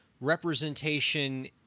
representation